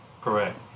correct